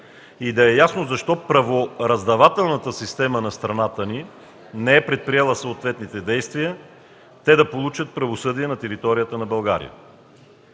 и да е ясно защо правораздавателната система на страната ни не е предприела съответните действия те да получат правосъдие на територията на България.